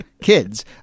kids